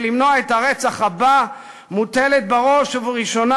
למנוע את הרצח הבא מוטלת בראש ובראשונה,